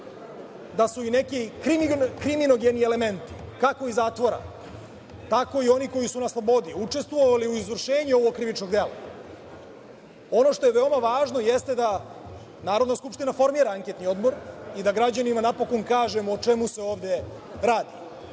da su i neki kriminogeni elementi kako iz zatvora tako i oni koji su na slobodi učestvovali u izvršenju ovog krivičnog dela? Ono što je veoma važno jeste da Narodna skupština formira Anketni odbor i da građanima napokon kažemo o čemu se ovde radi,